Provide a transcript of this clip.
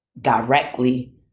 directly